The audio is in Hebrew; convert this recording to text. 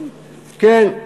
כן,